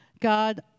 God